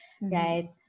right